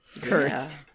cursed